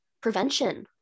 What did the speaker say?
prevention